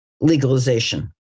legalization